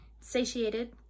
satiated